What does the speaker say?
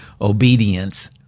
obedience